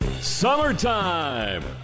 Summertime